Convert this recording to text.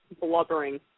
blubbering